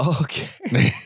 Okay